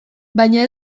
baina